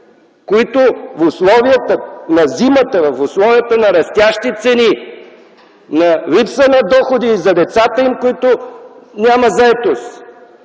които в условията на зимата, в условията на растящи цени, на липса на доходи за децата им, за които няма заетост,